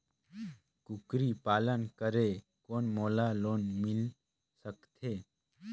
कूकरी पालन करे कौन मोला लोन मिल सकथे?